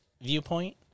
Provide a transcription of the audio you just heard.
viewpoint